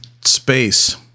space